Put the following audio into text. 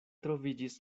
troviĝis